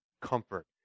comfort